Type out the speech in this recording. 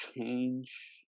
change